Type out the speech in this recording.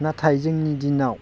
नाथाय जोंनि दिनाव